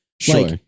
Sure